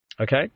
okay